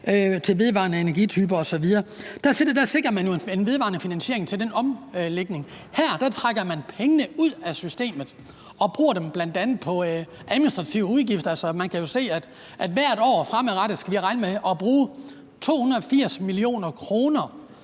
til vedvarende energi-typer osv. Der sikrer man jo en vedvarende finansiering til den omlægning. Og her trækker man pengene ud af systemet og bruger dem bl.a. på administrative udgifter. Altså, man kan jo se, at hvert år skal vi fremadrettet regne med at bruge 280 mio. kr.